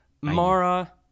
Mara